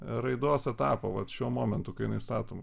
raidos etapą vat šiuo momentu kai jinai statoma